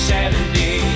Saturday